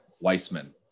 Weissman